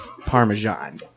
parmesan